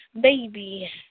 Baby